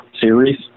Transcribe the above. series